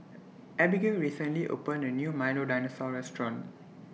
Abigail recently opened A New Milo Dinosaur Restaurant